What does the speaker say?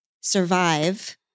survive